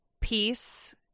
peace